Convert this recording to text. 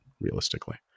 realistically